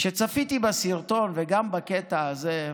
כשצפיתי בסרטון, וגם בקטע הזה,